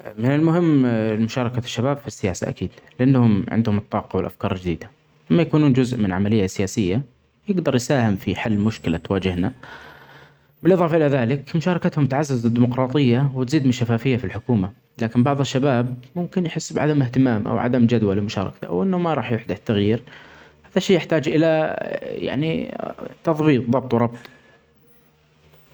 ا من المهم مشاركه الشباب في السياسه اكيد لانهم عندهم الطاقه والافكار جديده اما يكونوا جزء من عمليه سياسيه يقدر يساهم في حل مشكله تواجههنا بالاضافه الي ذلك مشاركتهم تعزز الديمقراطيه وتزيد من الشفافيه في الحكومه لكن بعض الشباب ممكن يحس بعدم اهتمام او عدم جدوي لمشاركته وانه ما راح التغيير فشئ يحتاج الي يعني تظبيط ضبط وربط.